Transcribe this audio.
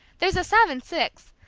there's a seven-six,